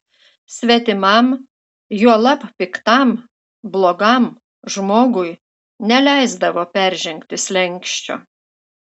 svetimam juolab piktam blogam žmogui neleisdavo peržengti slenksčio